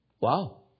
Wow